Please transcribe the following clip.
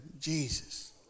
Jesus